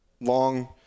long